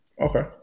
Okay